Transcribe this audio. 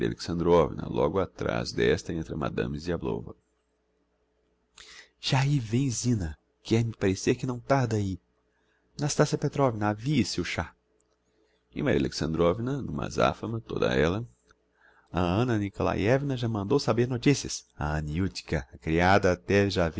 alexandrovna logo atráz d'esta entra madame ziablova já ahi vem zina quer-me parecer que não tarda ahi nastassia petrovna avie se o chá e maria alexandrovna n'uma azafama toda ella a anna nikolaievna já mandou saber noticias a aniutka a creada até já